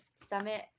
summit